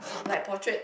like potrait